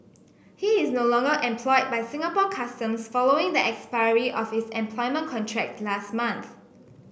he is no longer employed by Singapore Customs following the expiry of his employment contract last month